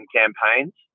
campaigns